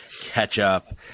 ketchup